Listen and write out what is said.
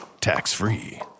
tax-free